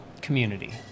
community